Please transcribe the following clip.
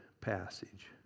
passage